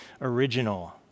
original